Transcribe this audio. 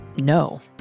no